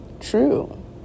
true